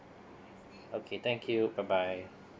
okay thank you bye bye